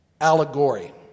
allegory